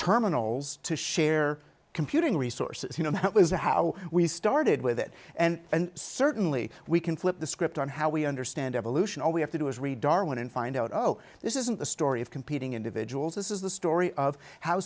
terminals to share computing resources you know how we started with it and certainly we can flip the script on how we understand evolution all we have to do is read darwin and find out oh this isn't the story of competing individuals this is the story of how